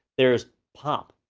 there is pop,